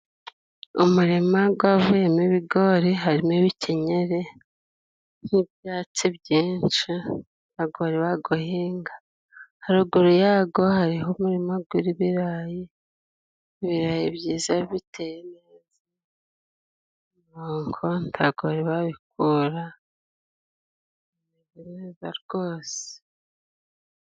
Umurima gwavuyemo ibigori. Harimo ibikenyeri n'ibyatsi byinshi, nta go bari bagahinga. Haruguru yago hariho umurima gw'ibirayi, ibirarayi byiza biteye neza nta go babikura bimeze neza rwose.